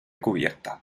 cubierta